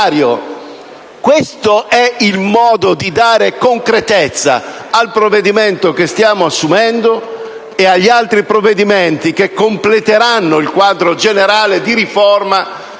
Questo è il modo per dare concretezza al provvedimento che stiamo varando e agli altri provvedimenti che completeranno il quadro generale di riforma